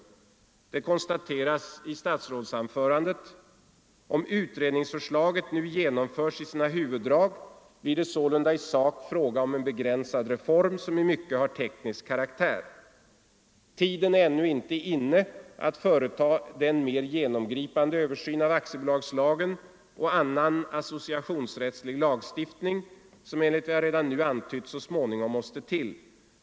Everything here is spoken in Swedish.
Statsrådet konstaterar i sitt anförande: ”Om utredningsförslaget nu genomförs i sina huvuddrag blir det sålunda i sak fråga om en begränsad reform som i mycket har teknisk karaktär.” Vidare säger han: ”Tiden är ännu inte inne för att företa den mer genomgripande översyn av aktiebolagslagen och annan associationsrättslig lagstiftning som, enligt vad jag redan nu antytt, så småningom måste till.